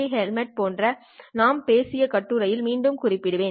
Hamlet பற்றி நாம் பேசிய கட்டுரையில் மீண்டும் குறிப்பிடுவேன்